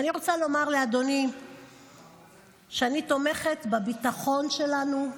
ואני רוצה לומר לאדוני שאני תומכת בביטחון שלנו,